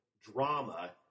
drama